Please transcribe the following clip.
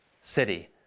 city